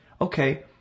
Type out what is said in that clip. Okay